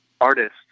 artists